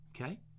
okay